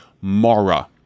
Mara